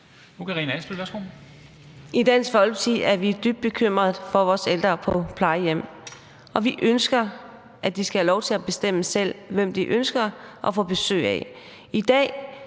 I Dansk Folkeparti er vi dybt bekymrede for vores ældre på plejehjem, og vi ønsker, at de skal have lov til selv at bestemme, hvem de ønsker at få besøg af.